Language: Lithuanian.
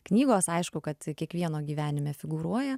knygos aišku kad kiekvieno gyvenime figūruoja